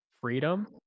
freedom